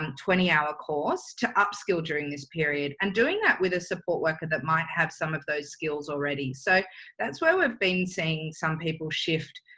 um twenty hour course to upskill during this period and doing that with a support worker that might have some of those skills already. so that's where we've been seeing some people shift,